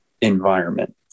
environment